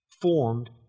formed